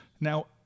Now